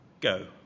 Go